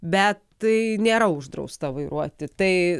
bet tai nėra uždrausta vairuoti tai